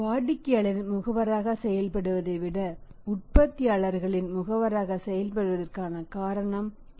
வாடிக்கையாளரின் முகவராக செயல்படுவதை விட உற்பத்தியாளர்களின் முகவராக செயல்படுவதற்கான காரணம் இருக்கும்